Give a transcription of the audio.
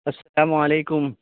السلام علیکم